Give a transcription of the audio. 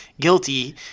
guilty